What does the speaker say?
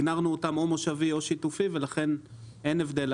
הגדרנו אותם או מושבי או שיתופי, ולכן אין הבדל.